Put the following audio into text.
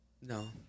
No